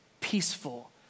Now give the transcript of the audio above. peaceful